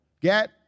Get